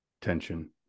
tension